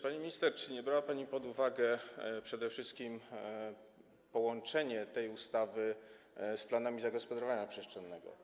Pani minister, czy nie brała pani pod uwagę przede wszystkim połączenia tej ustawy z planami zagospodarowania przestrzennego?